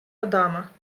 адама